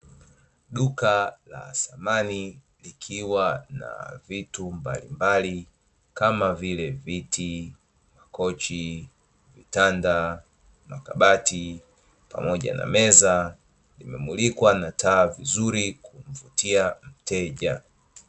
Duka la samani likiwa na vitu mbalimbali kama vile viti ,makochi, vitanda, makabati pamoja na meza vimemulikwa na taa vizuri kumvutia mteja .